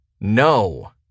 No